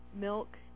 milk